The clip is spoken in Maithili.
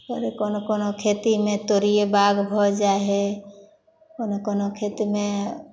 कहबे केलहुॅं कोनो कोनो खेतीमे तोड़िये बाग़ भऽ जाइ हइ ओहिमे कोनो खेतमे